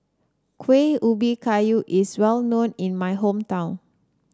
Kuih Ubi Kayu is well known in my hometown